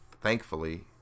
thankfully